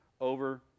over